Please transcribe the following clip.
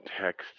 text